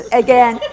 again